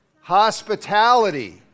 Hospitality